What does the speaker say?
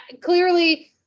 clearly